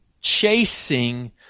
chasing